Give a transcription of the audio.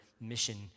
mission